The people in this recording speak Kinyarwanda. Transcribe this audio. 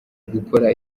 gukora